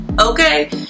okay